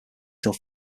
till